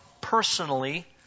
personally